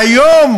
והיום